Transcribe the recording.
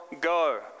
go